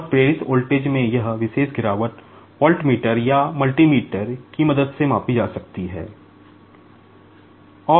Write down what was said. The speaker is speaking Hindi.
और प्रेरित वोल्टेज में यह विशेष गिरावट वाल्टमीटर की मदद से मापी जा सकती है